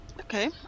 okay